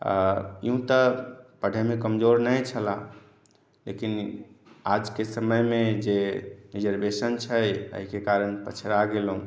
आ यूँ तऽ पढ़यमे कमजोर नहि छलहुँ लेकिन आजके समयमे जे रिजर्वेशन छै एहिके कारण पिछड़ा गेलहुँ